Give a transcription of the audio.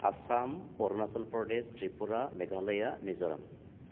Assam Arunachal Pradesh Tripura Meghalaya Mizoram